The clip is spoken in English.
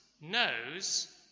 knows